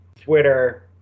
Twitter